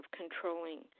controlling